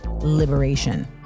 liberation